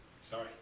Sorry